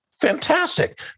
fantastic